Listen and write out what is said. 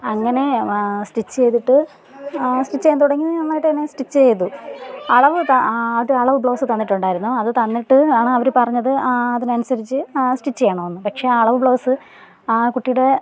അങ്ങനെ സ്റ്റിച്ച് ചെയ്തിട്ട് സ്റ്റിച്ച് ചെയ്യാൻ തുടങ്ങിയത് ഞാൻ നന്നായിട്ട് തന്നെ സ്റ്റിച്ച് ചെയ്തു അളവ് ആദ്യം അളവ് ബ്ലൗസ് തന്നിട്ടുണ്ടായിരുന്നു അത് തന്നിട്ട് ആണ് അവർ പറഞ്ഞത് അതിനനുസരിച്ച് സ്റ്റിച്ച് ചെയ്യണമെന്ന് പക്ഷേ ആ അളവ് ബ്ലൗസ് ആ കുട്ടിയുടെ